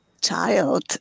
child